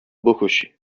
بکشی